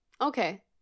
Okay